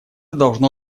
должно